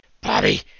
Bobby